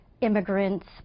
immigrants